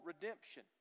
redemption